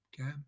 okay